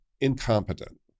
incompetent